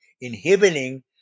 inhibiting